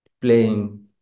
playing